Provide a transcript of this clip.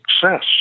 success